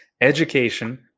education